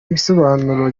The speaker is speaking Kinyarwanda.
igisobanuro